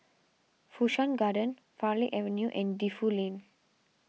Fu Shan Garden Farleigh Avenue and Defu Lane